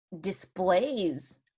displays